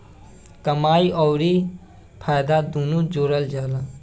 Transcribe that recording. कमाई अउर फायदा दुनू जोड़ल जला